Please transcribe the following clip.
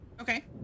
Okay